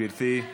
גברתי,